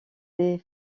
des